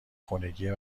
خونگیه